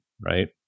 right